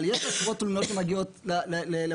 אבל יש עשרות תלונות שמגיעות לממונים.